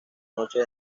noche